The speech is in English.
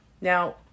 Now